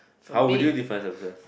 how would you define success